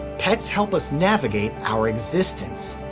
pets help us navigate our existence.